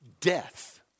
death